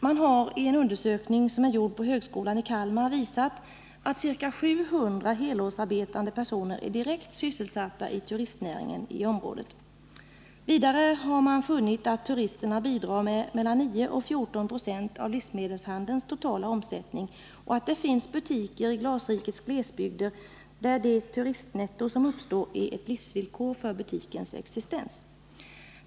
Man har i en undersökning som är gjord på högskolan i Kalmar visat att ca 700 helårsarbetande personer är direkt sysselsatta i turistnäringen i området. Vidare har man funnit att turisterna bidrar med mellan 9 och 14 96 av livsmedelshandelns totala omsättning och att det finns butiker i glasrikets glesbygder där det turistnetto som uppstår är ett livsvillkor för butikens existens.